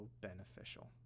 beneficial